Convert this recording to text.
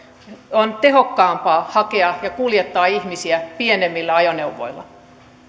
on tehokkaampaa hakea ja kuljettaa ihmisiä pienemmillä ajoneuvoilla